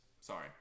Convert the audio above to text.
sorry